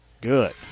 Good